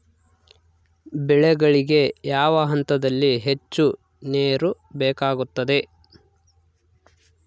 ಬೆಳೆಗಳಿಗೆ ಯಾವ ಹಂತದಲ್ಲಿ ಹೆಚ್ಚು ನೇರು ಬೇಕಾಗುತ್ತದೆ?